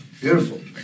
Beautiful